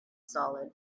solid